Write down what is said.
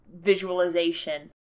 visualizations